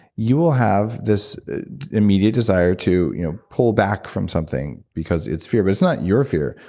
you will have this immediate desire to you know pull back from something because it's fear, but it's not your fear.